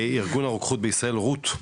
ארגון הרוקחות בישראל, רות.